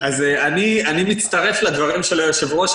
אני מצטרף לדברים של היושב-ראש.